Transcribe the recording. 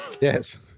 yes